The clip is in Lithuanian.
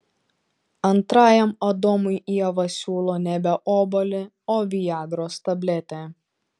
antrajam adomui ieva siūlo nebe obuolį o viagros tabletę